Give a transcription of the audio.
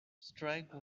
strike